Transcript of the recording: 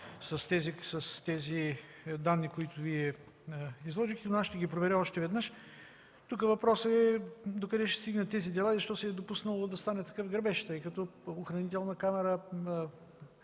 с тези данни, които Вие изложихте, но аз ще ги проверя още веднъж. Тук въпросът е: докъде ще стигнат тези дела и защо се е допуснало да стане такъв грабеж? Охранителна камера,